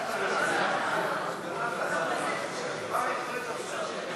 ילדים ברכב מוועדת הכלכלה לוועדת המדע והטכנולוגיה נתקבלה.